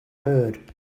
heard